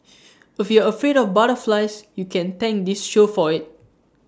if you're afraid of butterflies you can thank this show for IT